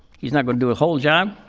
he's not going to do a whole job?